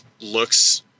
looks